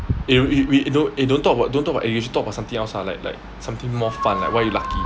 eh we we don't eh don't talk about don't talk about age we should talk about something else lah like like something more fun like why are you lucky